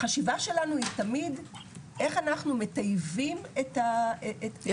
החשיבה שלנו היא תמיד איך אנחנו מטייבים את הקריטריונים,